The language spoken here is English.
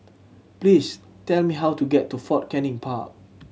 please tell me how to get to Fort Canning Park